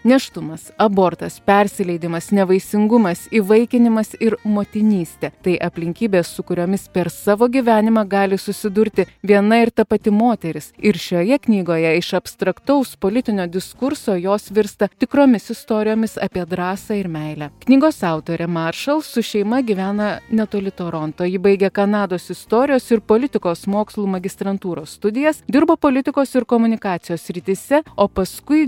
nėštumas abortas persileidimas nevaisingumas įvaikinimas ir motinystė tai aplinkybės su kuriomis per savo gyvenimą gali susidurti viena ir ta pati moteris ir šioje knygoje iš abstraktaus politinio diskurso jos virsta tikromis istorijomis apie drąsą ir meilę knygos autorė maršal su šeima gyvena netoli toronto ji baigė kanados istorijos ir politikos mokslų magistrantūros studijas dirbo politikos ir komunikacijos srityse o paskui